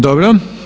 Dobro.